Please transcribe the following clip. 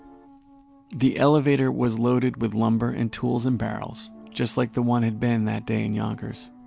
the elevator was loaded with lumber and tools and barrels just like the one had been that day in yonkers.